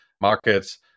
markets